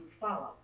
follow